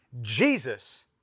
Jesus